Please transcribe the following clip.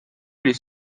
les